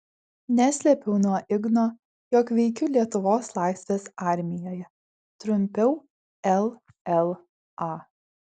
neslėpiau nuo igno jog veikiu lietuvos laisvės armijoje trumpiau lla